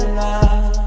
love